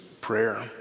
prayer